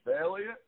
Elliott